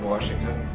Washington